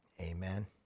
Amen